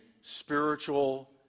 spiritual